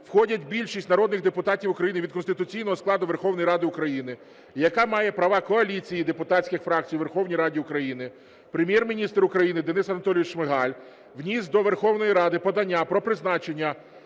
входять більшість народних депутатів України від конституційного складу Верховної Ради України, яка має права коаліції депутатських фракцій у Верховній Раді України, Прем'єр-міністр України Денис Анатолійович Шмигаль вніс до Верховної Ради подання про призначення